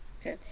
Okay